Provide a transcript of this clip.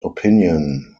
opinion